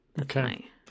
Okay